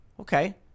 okay